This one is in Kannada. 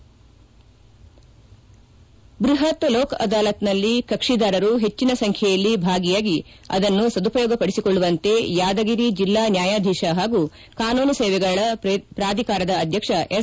ಬ್ಬಹತ್ ಲೋಕ ಅದಾಲತ್ನಲ್ಲಿ ಕಕ್ಷಿದಾರರು ಪೆಚ್ಚಿನ ಸಂಖ್ಯೆಯಲ್ಲಿ ಭಾಗಿಯಾಗಿ ಅದನ್ನು ಸದುಪಯೋಗ ಪಡಿಸಿಕೊಳ್ಳುವಂತೆ ಯಾದಗಿರಿ ಜಿಲ್ಲಾ ನ್ಯಾಯಧೀಶ ಹಾಗೂ ಕಾನೂನು ಸೇವೆಗಳ ಪ್ರಾಧಿಕಾರದ ಅಧ್ಯಕ್ಷ ಎಸ್